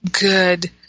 good